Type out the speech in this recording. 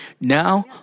now